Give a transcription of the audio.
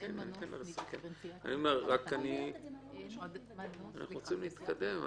נסכם, אנחנו רוצים להתקדם.